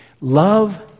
love